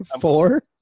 Four